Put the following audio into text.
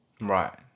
Right